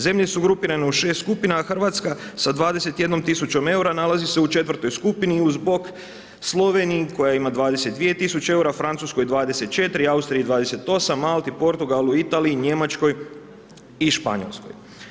Zemlje su grupirane u 6 skupina a Hrvatska sa 21 tisućom eura nalazi se u četvrtoj skupini uz bok Sloveniji koja ima 22 tisuće eura, Francuskoj 24, Austriji 28, Malti, Portugalu, Italiji, Njemačkoj i Španjolskoj.